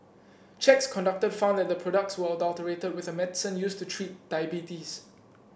checks conducted found that the products were adulterated with a medicine used to treat diabetes